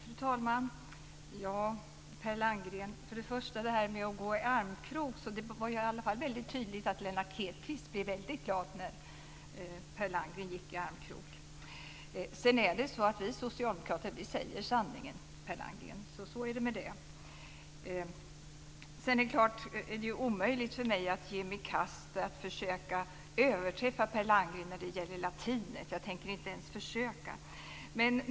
Fru talman! Per Landgren, det är i alla fall väldigt tydligt att Lennart Hedquist blev väldigt glad när Per Vidare: Vi socialdemokrater säger sanningen, Per Landgren! Så var det med den saken. Det är omöjligt för mig att ge mig i kast med att försöka överträffa Per Landgren när det gäller latinet. Jag tänker inte ens försöka.